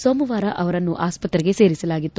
ಸೋಮವಾರ ಅವರನ್ನು ಆಸ್ಪತ್ರೆಗೆ ಸೇರಿಸಲಾಗಿತ್ತು